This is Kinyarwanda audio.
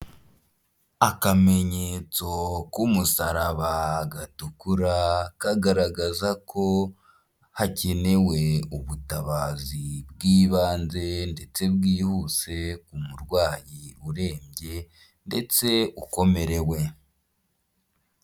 Akamenyetso k'umusaraba gatukura kagaragaza ko hakenewe ubutabazi bw'ibanze ndetse bwihuse umurwayi urembye ndetse ukomerewe.